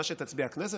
מה שתצביע הכנסת,